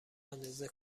اندازه